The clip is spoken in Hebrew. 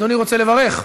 אדוני רוצה לברך?